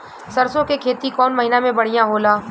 सरसों के खेती कौन महीना में बढ़िया होला?